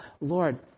Lord